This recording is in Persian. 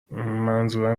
منظورم